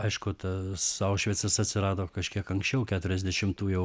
aišku tas aušvicas atsirado kažkiek anksčiau keturiasdešimtų jau